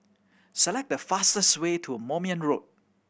select the fastest way to Moulmein Road